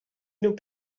nous